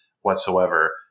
whatsoever